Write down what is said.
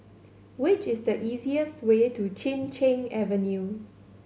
what is the easiest way to Chin Cheng Avenue